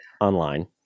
online